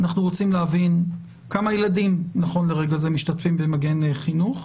אנחנו רוצים להבין כמה ילדים נכון לרגע זה משתתפים במגן חינוך.